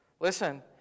listen